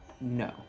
No